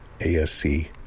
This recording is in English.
ASC